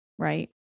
Right